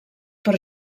per